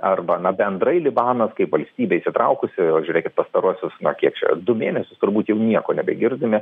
arba na bendrai libanas kaip valstybė įsitraukusi o žiūrėkit pastaruosius na kiek čia du mėnesius turbūt jau nieko nebegirdime